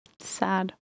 Sad